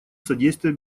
содействия